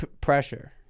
pressure